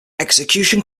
execution